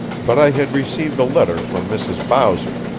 but i had received a letter from mrs. bowser,